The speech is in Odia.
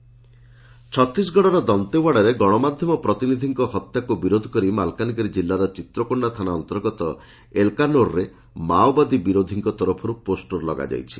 ମାଓ ବିରୋଧୀ ପୋଷ୍ଟର ଛତିଶଗଡ଼ର ଦନ୍ତେଓ୍ୱାଡ଼ାରେ ଗଣମାଧ୍ୟମ ପ୍ରତିନିଧିଙ୍ ହତ୍ୟାକୁ ବିରୋଧ କରି ମାଲକାନଗିରି କିଲ୍ଲାର ଚିତ୍ରକୋଷା ଥାନା ଅନ୍ତର୍ଗତ ଏଲ୍କାନୋରରେ ମାଓବାଦୀ ବିରୋଧୀଙ୍କ ତରଫରୁ ପୋଷ୍ଟର ଲଗାଯାଇଛି